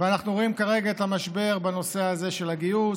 ואנחנו רואים כרגע את המשבר בנושא הזה של הגיוס,